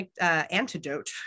antidote